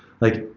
like